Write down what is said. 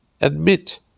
Admit